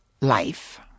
life